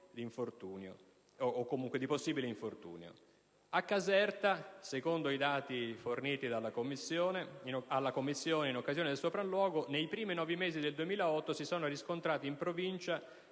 di infortunio o comunque di possibile infortunio. A Caserta, secondo i dati forniti alla Commissione in occasione del sopralluogo, nei primi nove mesi del 2008 si sono riscontrati in provincia